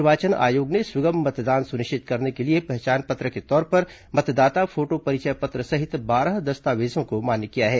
निर्वाचन आयोग ने सुगम मतदान सुनिश्चित करने के लिए पहचान पत्र के तौर पर मतदाता फोटो परिचय पत्र सहित बारह दस्तावेजों को मान्य किया है